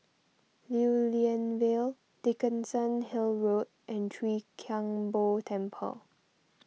Lew Lian Vale Dickenson Hill Road and Chwee Kang Beo Temple